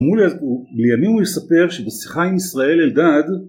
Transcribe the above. לימים הוא יספר שבשיחה עם ישראל אלדד